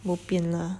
bo pian lah